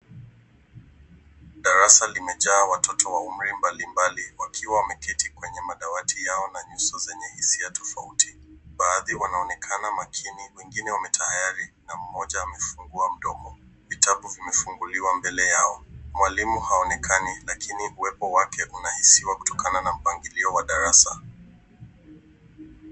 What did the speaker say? Darasa limejaa watoto wa umri mbalimbali wakiwa wameketi kwenye madawati yao na nyuso zenye hisia tofauti. Baadhi wanaonekana makini, wengine wamo tayari na mmoja amefungua mdomo. Vitabu vimefunguliwa mbele yao. Mwalimu haonekani lakini uwepo wake unahisiwa kutokana na mpangilio wa darasa.